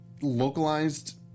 localized